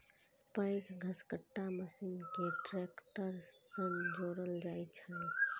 पैघ घसकट्टा मशीन कें ट्रैक्टर सं जोड़ल जाइ छै